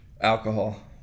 Alcohol